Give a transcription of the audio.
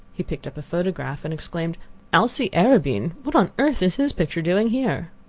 he picked up a photograph, and exclaimed alcee arobin! what on earth is his picture doing here?